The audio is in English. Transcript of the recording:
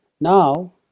now